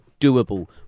doable